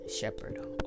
shepherd